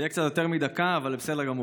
זה יהיה קצת יותר מדקה, אבל זה בסדר גמור.